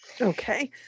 okay